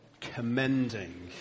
commending